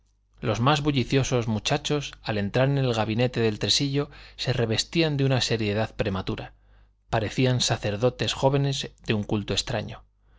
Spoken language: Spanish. los más bulliciosos muchachos al entrar en el gabinete del tresillo se revestían de una seriedad prematura parecían sacerdotes jóvenes de un culto extraño